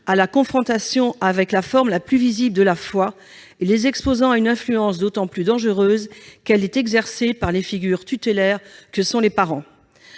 à la confrontation avec la forme la plus visible de la foi et les exposant à une influence d'autant plus dangereuse qu'elle est exercée par les figures tutélaires que sont les parents.